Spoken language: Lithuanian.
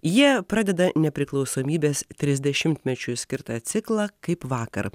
jie pradeda nepriklausomybės trisdešimtmečiui skirtą ciklą kaip vakar